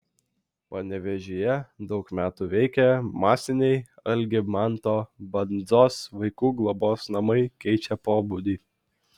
panevėžyje daug metų veikę masiniai algimanto bandzos vaikų globos namai keičia pobūdį